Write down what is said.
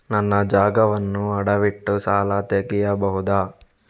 ನನ್ನ ಜಾಗವನ್ನು ಅಡವಿಟ್ಟು ಸಾಲ ತೆಗೆಯಬಹುದ?